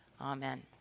Amen